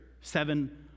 seven